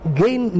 gain